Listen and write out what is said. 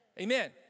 Amen